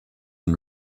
and